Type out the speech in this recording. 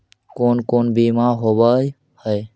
कोन कोन बिमा होवय है?